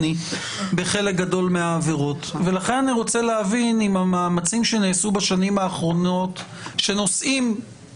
אני רוצה להבין אם המאמצים שנעשו בשנים האחרונות נגעו